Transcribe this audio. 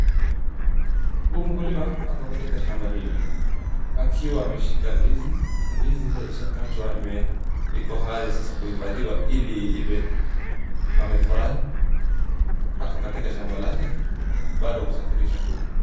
Huu mkulima ako katika shamba hili akiwa ameshika ndizi, ndizi ishakatwa iko hali sasa ya kuhifadhiwa ili iive. Amefurahi ako katika shamba lake bado kusafirisha tu.